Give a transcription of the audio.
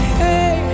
hey